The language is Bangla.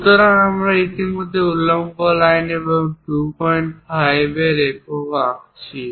সুতরাং যদি আমরা এখানে একটি উল্লম্ব লাইন এবং 25 এর একক আঁকছি